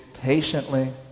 patiently